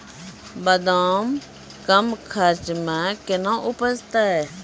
बादाम कम खर्च मे कैना उपजते?